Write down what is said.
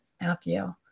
Matthew